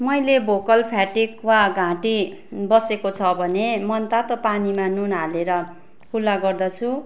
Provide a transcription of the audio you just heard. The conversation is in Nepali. मैले भोकल फाटेको वा घाँटी बसेको छ भने मनतातो पानीमा नुन हालेर कुल्ला गर्दछु